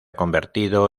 convertido